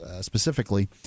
specifically